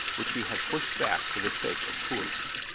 which he had pushed back for the sake of coolness.